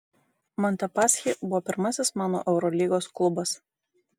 montepaschi buvo pirmasis mano eurolygos klubas